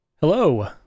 Hello